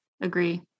agree